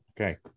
Okay